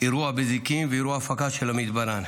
אירוע בזיקים, ואירוע הפקה של המידברן.